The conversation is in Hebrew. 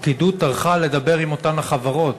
הפקידות טרחה לדבר עם אותן החברות,